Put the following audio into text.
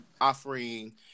offering